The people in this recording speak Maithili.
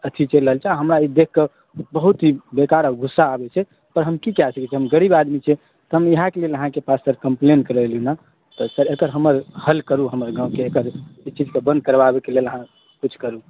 तैं लय कऽ हमरा ई देख कऽ बहुत ही बेकारके गुस्सा आबै छै तब हम की कय सकबै हम गरीब आदमी छियै तै लय कऽ हम अहाँ के पास कम्प्लेन करय एलहुॅं हन तऽ सर हल करू करू एकर